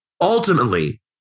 Ultimately